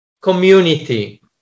community